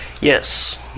Yes